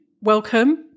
welcome